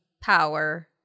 power